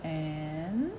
and